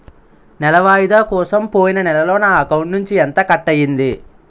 నెల వాయిదా కోసం పోయిన నెలలో నా అకౌంట్ నుండి ఎంత కట్ అయ్యింది?